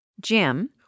Jim